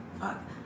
fuck